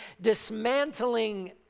dismantling